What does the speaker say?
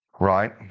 Right